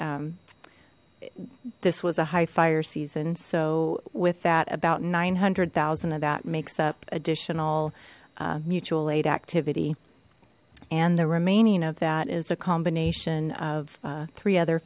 this was a high fire season so with that about nine hundred thousand of that makes up additional mutual aid activity and the remaining of that is a combination of three other